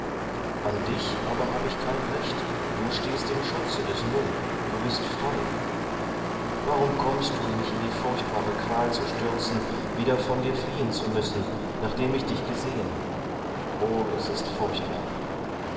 an dich aber hab ich kein recht du stehst im schutze des nu du bist frei warum kommst du mich in die furchtbare qual zu stürzen wieder von dir fliehen zu müssen nachdem ich dich gesehen oh es ist furchtbar